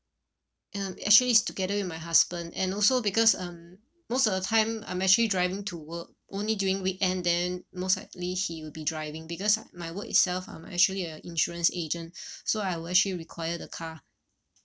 um actually is together with my husband and also because um most of the time I'm actually driving to work only during weekend then most likely he will be driving because my work itself I'm actually a insurance agent so I will actually require the car